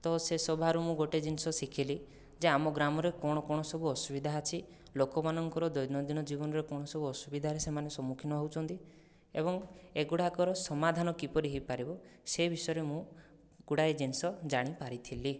ତ ସେ ସଭାରୁ ମୁଁ ଗୋଟିଏ ଜିନିଷ ଶିଖିଲି ଯେ ଆମ ଗ୍ରାମରେ କଣ କଣ ସବୁ ଅସୁବିଧା ଅଛି ଲୋକମାନଙ୍କର ଦୈନନ୍ଦିନ ଜୀବନରେ କଣ ସବୁ ଅସୁବିଧାରେ ସେମାନେ ସମ୍ମୁଖୀନ ହେଉଛନ୍ତି ଏବଂ ଏଗୁଡ଼ାକର ସମାଧାନ କିପରି ହୋଇପାରିବ ସେ ବିଷୟରେ ମୁଁ ଗୁଡ଼ାଏ ଜିନିଷ ଜାଣିପାରିଥିଲି